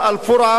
אל-פורעה,